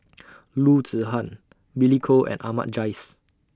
Loo Zihan Billy Koh and Ahmad Jais